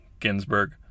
Ginsburg